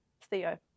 theo